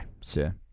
sir